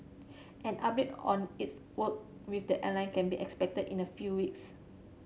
an update on its work with the airline can be expected in a few weeks